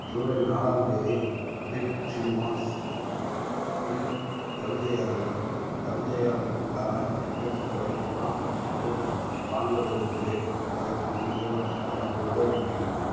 ஜூலை நாலாம் தேதி big cinemas இல் கவிதையரங்க கவிதை அரங்கத்துக்கான டிக்கெட்டுகளை நாற்பத்தெட்டு வாங்க விரும்புகிறேன் அதற்கு நீங்கள் எனக்கு உதவ முடியுமா